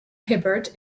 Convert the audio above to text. hibbert